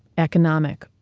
economic,